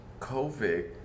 COVID